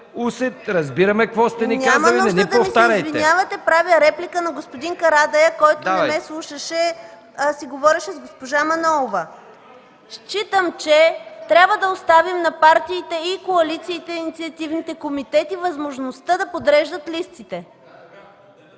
усет, разбираме какво сте ни казали, не ни повтаряйте. ДЕСИСЛАВА АТАНАСОВА: Няма нужда да ми се извинявате. Правя реплика на господин Карадайъ, който не ме слушаше, а си говореше с госпожа Манолова. Считам, че трябва да оставим на партиите, коалициите и инициативните комитети възможността да подреждат листите.